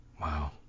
Wow